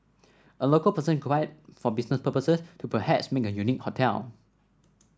a local person could buy it for business purposes to perhaps make a unique hotel